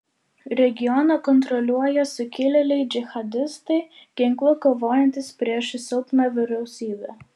regioną kontroliuoja sukilėliai džihadistai ginklu kovojantys prieš silpną vyriausybę